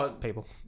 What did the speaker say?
people